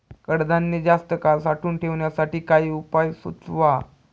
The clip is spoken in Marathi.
कडधान्य जास्त काळ साठवून ठेवण्यासाठी काही उपाय सुचवा?